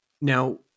Now